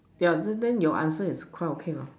ya then then your answer is quite okay mah